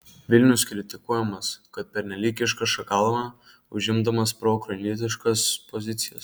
vilnius kritikuojamas kad pernelyg iškiša galvą užimdamas proukrainietiškas pozicijas